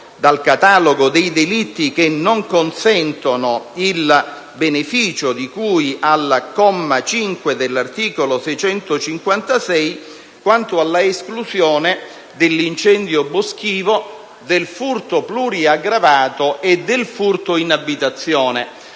dal catalogo dei delitti che non consentono il beneficio di cui al comma 5 dell'articolo 656 della fattispecie di incendio boschivo, di furto pluriaggravato e di furto in abitazione.